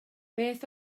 beth